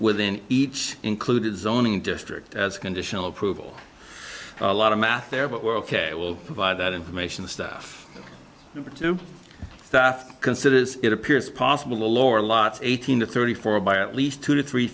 within each included zoning district as conditional approval a lot of math there but we're ok we'll provide that information the stuff that considers it appears possible or a lot eighteen to thirty four by at least two to three